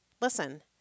Listen